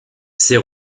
ses